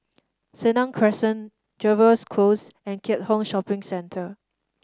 Senang Crescent Jervois Close and Keat Hong Shopping Centre